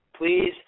please